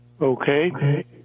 Okay